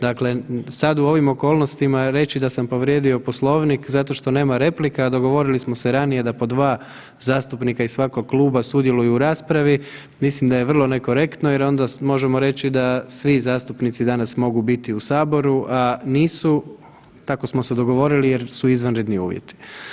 Dakle, sad u ovim okolnostima reći da sam povrijedio Poslovnik zato što nema replika, dogovorili smo se ranije da po dva zastupnika iz svakog kluba sudjeluju u raspravi, mislim da je vrlo nekorektno jer onda možemo reći da svi zastupnici danas mogu biti u saboru, a nisu, tako smo se dogovorili jer su izvanredni uvjeti.